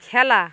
খেলা